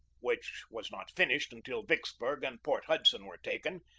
which was not finished until vicksburg and port hudson were taken,